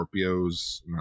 Scorpios